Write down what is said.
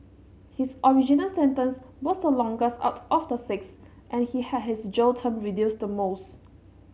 his original sentence was the longest out of the six and he had his jail term reduced the most